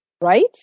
Right